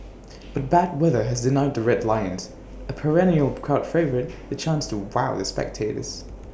but bad weather has denied the Red Lions A perennial crowd favourite the chance to wow the spectators